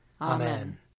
Amen